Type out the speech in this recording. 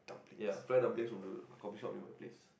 ya fried dumplings from the coffee shop near my place